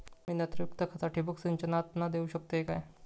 मी नत्रयुक्त खता ठिबक सिंचनातना देऊ शकतय काय?